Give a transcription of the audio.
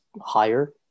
higher